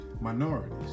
minorities